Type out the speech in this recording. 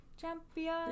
Champion